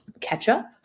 ketchup